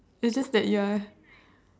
it's just that you are